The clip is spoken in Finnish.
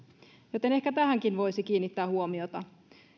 ehkä tähänkin voisi kiinnittää huomiota